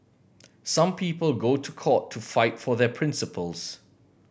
some people go to court to fight for their principles